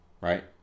Right